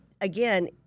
again